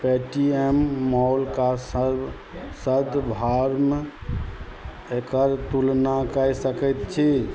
Paytm मॉलके एकर तुलना कै सकै छी